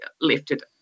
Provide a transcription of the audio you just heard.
lifted